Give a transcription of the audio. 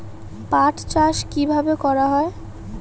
পাট চাষ কীভাবে করা হয়?